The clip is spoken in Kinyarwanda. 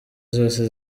zose